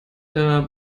der